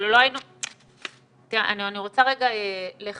אבל תראה, אני רוצה רגע לחדד.